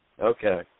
Okay